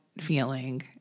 feeling